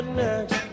next